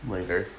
Later